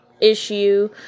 issue